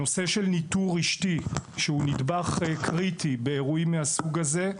הנושא של ניטור רשתי הוא נדבך קריטי באירועים מהסוג הזה.